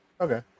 Okay